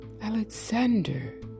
Alexander